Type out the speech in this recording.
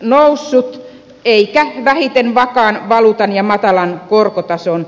noussut eikä vähiten vakaan valuutan ja matalan korkotason ansiosta